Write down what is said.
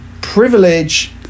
privilege